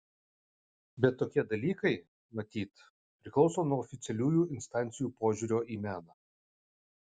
bet tokie dalykai matyt priklauso nuo oficialiųjų instancijų požiūrio į meną